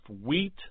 wheat